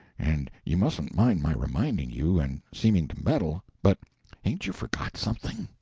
and you mustn't mind my reminding you, and seeming to meddle, but hain't you forgot something?